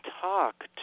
talk